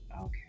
Okay